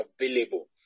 available